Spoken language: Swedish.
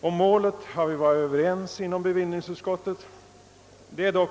Om målet har vi varit överens i bevillningsutskottet.